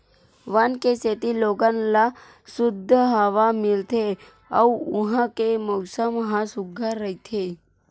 वन के सेती लोगन ल सुद्ध हवा मिलथे अउ उहां के मउसम ह सुग्घर रहिथे